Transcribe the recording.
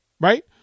Right